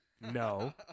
No